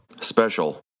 Special